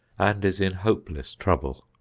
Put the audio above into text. and is in hopeless trouble.